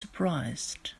surprised